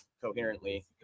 coherently